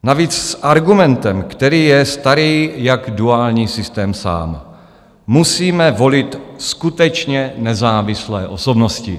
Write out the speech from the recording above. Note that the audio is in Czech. Navíc s argumentem, který je starý jak duální systém sám: musíme volit skutečně nezávislé osobnosti.